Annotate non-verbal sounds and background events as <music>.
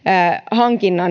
hankinta <unintelligible>